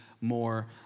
more